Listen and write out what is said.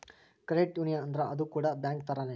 credit union ಅಂದ್ರ ಅದು ಕೂಡ ಬ್ಯಾಂಕ್ ತರಾನೇ